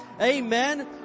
Amen